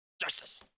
Justice